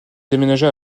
déménagea